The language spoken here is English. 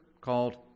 called